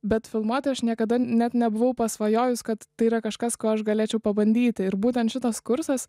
bet filmuoti aš niekada net nebuvau pasvajojus kad tai yra kažkas ko aš galėčiau pabandyti ir būtent šitas kursas